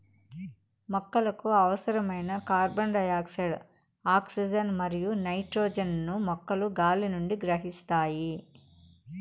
మొక్కలకు అవసరమైన carbon dioxide, oxygen మరియు నైట్రోజన్ ను మొక్కలు గాలి నుండి గ్రహిస్తాయి